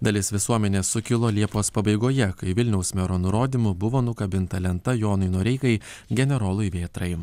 dalis visuomenės sukilo liepos pabaigoje kai vilniaus mero nurodymu buvo nukabinta lenta jonui noreikai generolui vėtrai